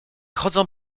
chodzą